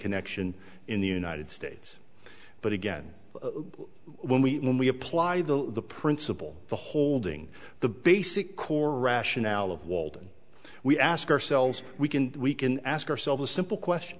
connection in the united states but again when we when we apply the principle the holding the basic core rationale of walden we ask ourselves we can we can ask ourselves simple question